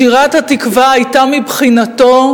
שירת "התקווה" היתה מבחינתו,